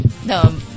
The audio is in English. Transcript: No